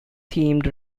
themed